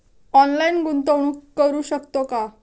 Online गुंतवणूक करू शकतो का?